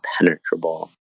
impenetrable